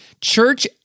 church